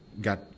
got